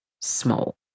small